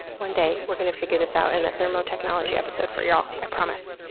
one day, we're going to figure this out in a thermotechnology episode for y'all. i promise.